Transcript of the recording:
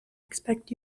expect